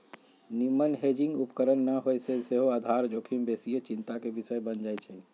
निम्मन हेजिंग उपकरण न होय से सेहो आधार जोखिम बेशीये चिंता के विषय बन जाइ छइ